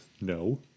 No